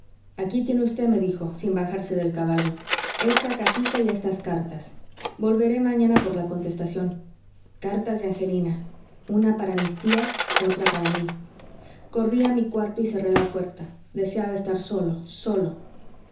aquí tiene usted me dijo sin bajarse del caballo esta cajita y estas cartas volveré mañana por la contestación cartas de angelina una para mis tías otra para mí corrí a mi cuarto y cerré la puerta deseaba estar solo solo